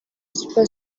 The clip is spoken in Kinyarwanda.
super